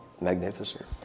magnificent